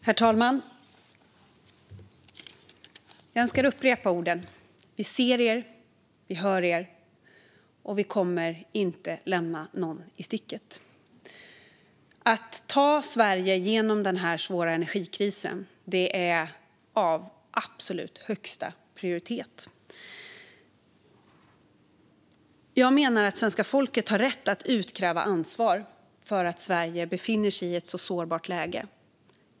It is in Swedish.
Herr talman! Låt mig upprepa: Vi ser er, vi hör er och vi kommer inte att lämna någon i sticket. Att ta Sverige genom denna svåra energikris har absolut högsta prioritet. Jag menar att svenska folket har rätt att utkräva ansvar för att Sverige befinner sig i detta sårbara läge.